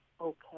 okay